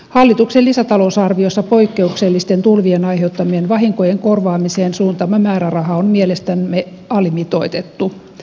hallituksen lisätalousarviossa poikkeuksellisten tulvien aiheuttamien vahinkojen korvaamiseen suuntaama määräraha on mielestämme alimitoitettu